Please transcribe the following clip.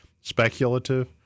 speculative